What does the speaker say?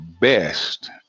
best